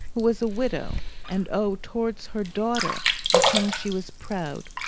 who was a widow and oh, towards her daughter, of whom she was proud,